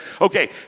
okay